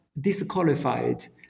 disqualified